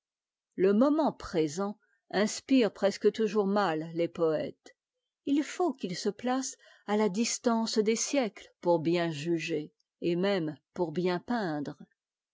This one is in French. le moment présent inspire presque toujours mal les poëtes il faut qu'ils se placent à la distance des siècies pour bien juger et même pour bien peindre